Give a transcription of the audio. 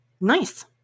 nice